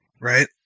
Right